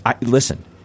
Listen